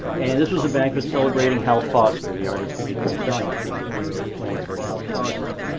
and this was a banquet celebrating hal foster, the artist who did prince valiant. the arrow is pointing toward hal foster.